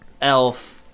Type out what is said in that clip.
elf